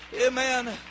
Amen